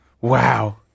Wow